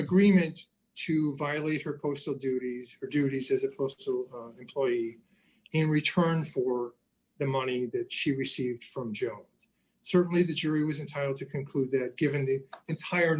agreement to violate her torso duties for duties as opposed to employ in return for the money that d she received from joe certainly the jury was entitled to conclude that given the entire